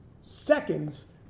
seconds